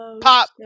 Pop